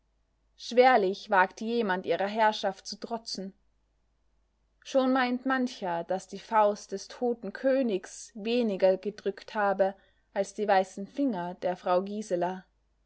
schwerlich wagt jemand ihrer herrschaft zu trotzen schon meint mancher daß die faust des toten königs weniger gedrückt habe als die weißen finger der frau gisela